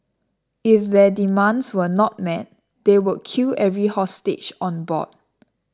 if their demands were not met they would kill every hostage on board